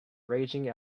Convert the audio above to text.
raging